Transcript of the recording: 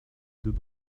deux